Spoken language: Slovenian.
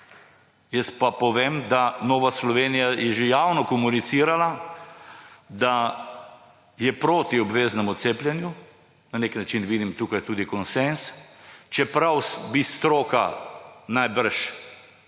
Jaz pa povem, da Nova Slovenija je že javno komunicirala, da je proti obveznemu cepljenju. Na nek način vidim tukaj tudi konsenz, čeprav bi se stroka najbrž